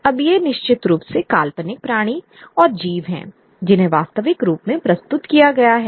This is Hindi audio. अब ये निश्चित रूप से काल्पनिक प्राणी और जीव हैं जिन्हें वास्तविक रूप में प्रस्तुत किया गया था